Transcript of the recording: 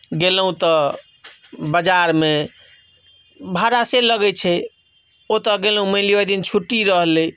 गेलहुँ तऽ बाजारमे भाड़ा से लगैत छै ओतय गेलहुँ मानि लिअ ओहि दिन छुट्टी रहलै